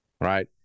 right